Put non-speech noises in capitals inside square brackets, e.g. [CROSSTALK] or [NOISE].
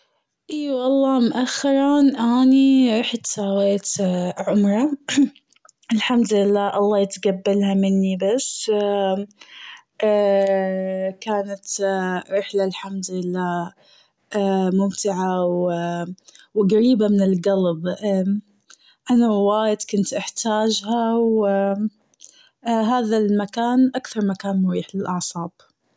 أي والله مؤخرا أني رحت سويت [HESITATION] عمرة [NOISE] الحمد لله الله يتقبلها مني بس. [HESITATION] كانت [HESITATION] رحلة الحمد لله [HESITATION] ممتعة و [HESITATION] و قريبة من القلب [HESITATION] أنا وايد كنت احتاجها و [HESITATION] هذا المكان أكثر مكان مميز للأعصاب.